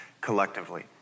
collectively